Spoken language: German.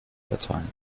erteilen